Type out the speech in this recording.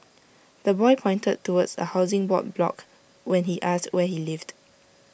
the boy pointed towards A Housing Board block when asked where he lived